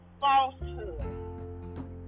falsehood